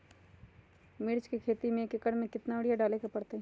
मिर्च के खेती में एक एकर में कितना यूरिया डाले के परतई?